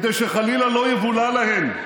כדי שחלילה לא יבולע להן.